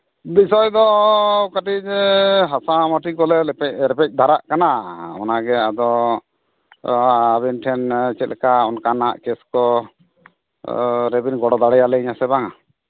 ᱵᱤᱥᱚᱭ ᱫᱚ ᱠᱟᱹᱴᱤᱡ ᱦᱟᱥᱟᱼᱢᱟᱹᱴᱤ ᱠᱚᱞᱮ ᱨᱮᱯᱮᱡ ᱵᱟᱲᱟᱜ ᱠᱟᱱᱟ ᱚᱱᱟᱜᱮ ᱟᱫᱚ ᱟᱹᱵᱤᱱ ᱴᱷᱮᱱ ᱪᱮᱫᱞᱮᱠᱟ ᱚᱱᱠᱟᱱᱟᱜ ᱠᱮᱹᱥ ᱠᱚ ᱨᱮᱵᱤᱱ ᱜᱚᱲᱚ ᱫᱟᱲᱮᱭᱟᱞᱤᱧᱟᱹ ᱥᱮ ᱵᱟᱝᱟ